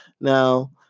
Now